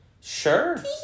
Sure